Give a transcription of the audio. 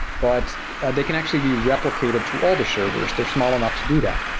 but they can actually be replicated to all the servers. they're small enough to do that.